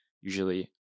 usually